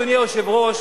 אדוני היושב-ראש,